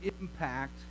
impact